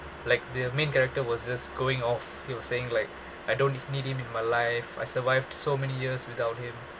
like the main character was just going off he was saying like I don't need him in my life I survived so many years without him